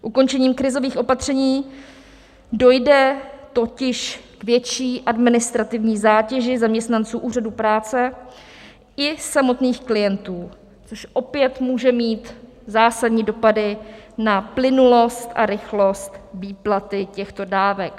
Ukončením krizových opatření dojde totiž k větší administrativní zátěži zaměstnanců úřadů práce i samotných klientů, což opět může mít zásadní dopady na plynulost a rychlost výplaty těchto dávek.